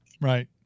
Right